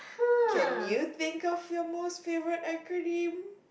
can you think of your most favorite acronym